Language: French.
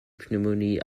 pneumonie